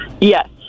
Yes